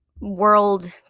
world